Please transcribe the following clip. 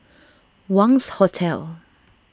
Wangz Hotel